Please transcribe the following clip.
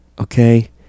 okay